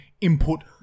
input